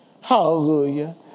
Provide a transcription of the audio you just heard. Hallelujah